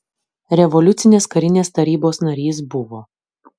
revoliucinės karinės tarybos narys buvo